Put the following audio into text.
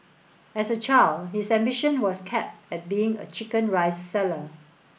as a child his ambition was capped at being a chicken rice seller